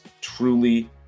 truly